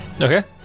Okay